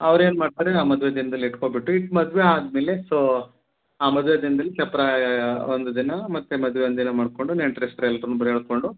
ಅವ್ರೇನು ಮಾಡ್ತಾರೆ ಆ ಮದುವೆ ದಿನ್ದಲ್ಲಿ ಇಟ್ಕೋಬಿಟ್ಟು ಇಟ್ಟು ಮದುವೆ ಆದ ಮೇಲೆ ಸೋ ಆ ಮದುವೆ ದಿನ್ದಲ್ಲಿ ಚಪ್ಪರ ಒಂದು ದಿನ ಮತ್ತು ಮದುವೆ ಒಂದು ದಿನ ಮಾಡಿಕೊಂಡು ನೆಂಟರಿಷ್ಟ್ರು ಎಲ್ರು ಬರೋ ಹೇಳ್ಕೊಂಡು